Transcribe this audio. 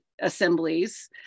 assemblies